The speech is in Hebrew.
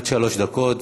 עד שלוש דקות.